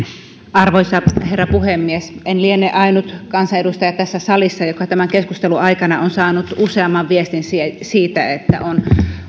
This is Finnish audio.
arvoisa herra puhemies en liene ainut kansanedustaja tässä salissa joka tämän keskustelun aikana on saanut useamman viestin siitä että on